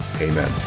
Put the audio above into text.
amen